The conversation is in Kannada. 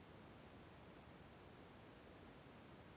ಸೂರ್ಯಕಾಂತಿ ಬಿತ್ತಕ ಚೋಲೊ ಟೈಂ ಯಾವುದು?